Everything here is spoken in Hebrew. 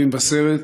במבשרת,